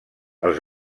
els